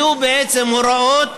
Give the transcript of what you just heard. יהיו הוראות,